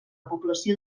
població